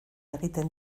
egiten